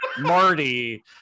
Marty